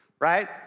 right